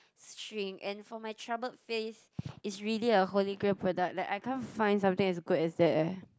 shrink and for my troubled face it's really a holy grail product like I can't find something as good as that eh